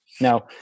Now